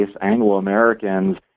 Anglo-Americans